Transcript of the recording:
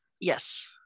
yes